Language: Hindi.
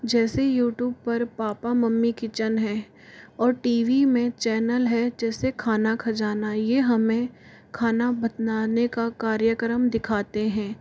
जैसे यूट्यूब पर पापा मम्मी किचन है और टी वी में चैनल है जैसे खाना खजाना यह हमें खाना बतनाने का कार्यक्रम दिखाते हैं